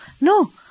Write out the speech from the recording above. No